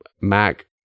Mac